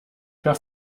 per